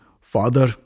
Father